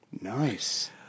Nice